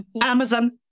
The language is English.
Amazon